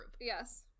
Yes